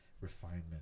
refinement